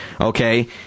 okay